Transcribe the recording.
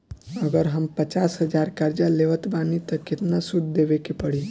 अगर हम पचास हज़ार कर्जा लेवत बानी त केतना सूद देवे के पड़ी?